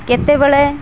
କେତେବେଳେ